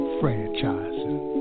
franchising